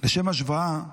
לשם השוואה,